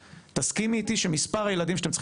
תסכימי איתי שמספר הילדים שאתם צריכים